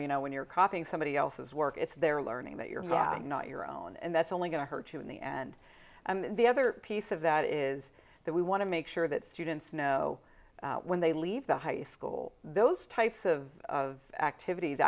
you know when you're copying somebody else's work it's their learning that you're not your own and that's only going to hurt you in the end and the other piece of that is that we want to make sure that students know when they leave the high school those types of of activities